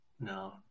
no